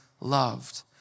loved